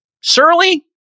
surly